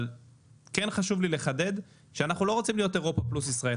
אבל כן חשוב לי לחדד שאנחנו לא רוצים להיות אירופה פלוס ישראל.